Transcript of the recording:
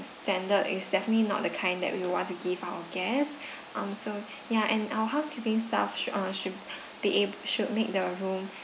standard is definitely not the kind that we want to give our guest um so ya and our housekeeping staff should uh should be able should make the room